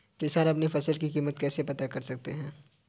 किसान अपनी फसल की कीमत कैसे पता कर सकते हैं?